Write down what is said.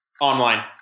Online